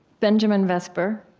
benjamin vesper.